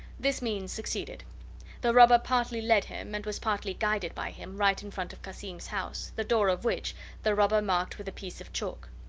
this means succeeded the robber partly led him, and was partly guided by him, right in front of cassim's house, the door of which the robber marked with a piece of chalk.